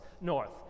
north